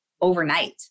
overnight